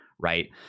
Right